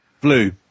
Blue